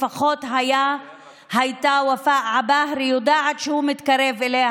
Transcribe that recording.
לפחות ופאא עבאהרה הייתה יודעת שהוא מתקרב אליה,